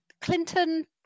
Clinton